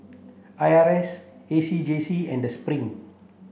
I R A S A C J C and Spring